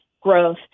growth